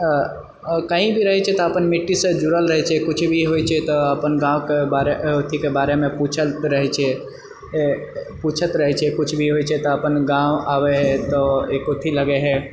कही भी रहए छै तऽ अपन मिट्टीसँ जुड़ल रहए छै किछु भी कही भी रहए छै तऽ अपन गांँवके बारेमे पूछए रहए छै किछु भी होइ छै तऽ अपन गांँव आबए रहए हइ